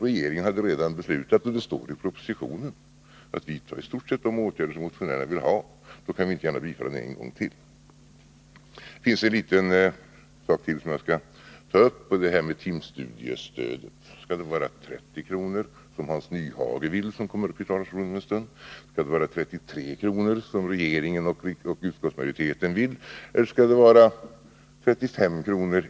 Regeringen hade — och det står i propositionen — redan beslutat att vidta i stort sett de åtgärder som motionärerna kräver. Då kan vi inte gärna bifalla motionen en gång till. Det finns en liten sak till som jag skall ta upp, och det är timstudiestödet. Skall det vara 30 kr., som Hans Nyhage, som om en stund kommer upp i talarstolen, vill? Skall det vara 33 kr., som regeringen och utskottsmajoriteten vill? Eller skall det vara 35 kr.